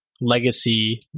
legacy